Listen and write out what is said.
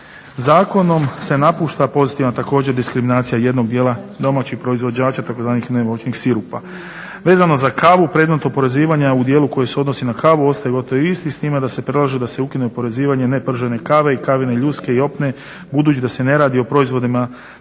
Zakonom se napušta pozitivna također diskriminacija jednog dijela domaćih proizvođača tzv. "nevoćnih sirupa". Vezano za kavu predmet oporezivanja u dijelu koji se odnosi na kavu ostaje gotovo isti s time da se predlaže da se ukine oporezivanje nepržene kave i kavene ljuske i opne budući da se ne radi o proizvodima namijenjenima